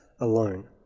alone